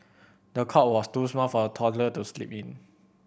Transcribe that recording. the cot was too small for the toddler to sleep in